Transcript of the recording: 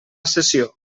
sessió